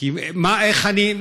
כי מה, איך אני?